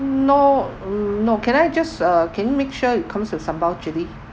no mm no can I just uh can you make sure it comes with sambal chili